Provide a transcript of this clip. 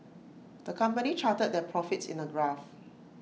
the company charted their profits in A graph